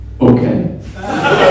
Okay